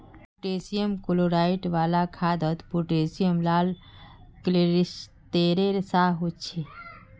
potassium chloride वाला खादोत potassium लाल क्लिस्तेरेर सा होछे